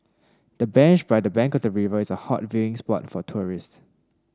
the bench by the bank of the river is a hot viewing spot for tourists